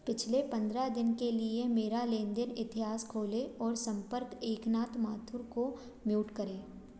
पिछले पंद्रह दिन के लिए मेरा लेन देन इतिहास खोलें और सम्पर्क एकनाथ माथुर को म्यूट करें